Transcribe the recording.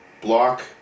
block